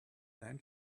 then